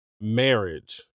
marriage